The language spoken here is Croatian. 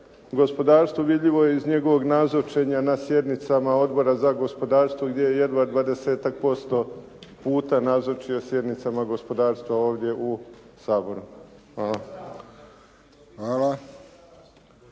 gospodarstvo vidljivo je iz njegovog nazočenja na sjednicama Odbora za gospodarstvo gdje je jedva dvadesetak posto puta nazočio sjednicama gospodarstva ovdje u Saboru. Hvala.